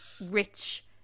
rich